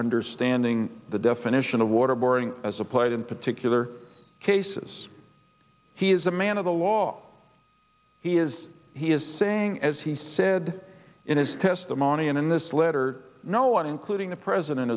understanding the definition of waterboarding as applied in particular cases he is a man of the law he is he is saying as he said in his testimony and in this letter no one including the president